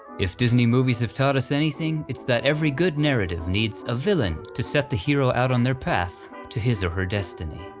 if disney movies have taught us anything, it's that every good narrative needs a villain to set the hero out on their path to his or her destiny.